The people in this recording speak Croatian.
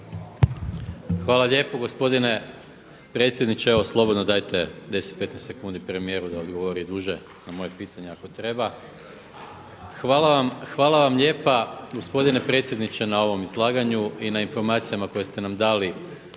Hvala lijepo gospodine predsjedniče. Evo slobodno dajte 10, 15 sekundi premijeru da odgovori i duže na moje pitanje ako treba. Hvala vam lijepa gospodine predsjedniče na ovom izlaganju i na informacijama koje ste nam dali